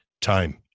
time